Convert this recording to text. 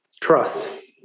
trust